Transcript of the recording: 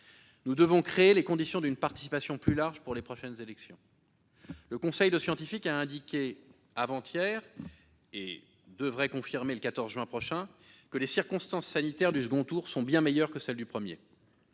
Nous devons créer les conditions d'une participation plus large pour les prochaines élections. Le conseil scientifique a indiqué avant-hier, ce qu'il devrait confirmer le 14 juin prochain, que les circonstances sanitaires du second tour sont bien meilleures que celles du premier